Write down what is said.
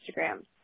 Instagram